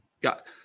Got